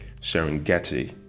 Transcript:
serengeti